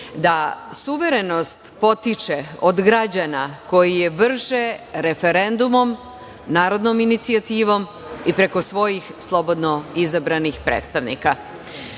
da suverenost potiče od građana koji je vrše referendumom, narodnom inicijativom i preko svojih slobodno izabranih predstavnika.